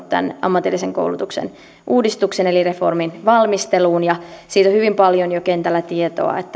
tämän ammatillisen koulutuksen uudistuksen eli reformin valmisteluun ja siitä mihin suuntaan ollaan menossa on hyvin paljon jo kentällä tietoa